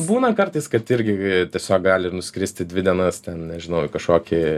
būna kartais kad irgi tiesiog gali nuskristi dvi dienas ten nežinau į kažkokį